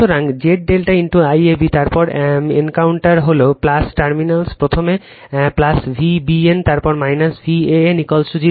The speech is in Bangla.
সুতরাং Z ∆ IAB তারপর এনকাউন্টার হল টার্মিনাল প্রথমে V bn তারপর Van 0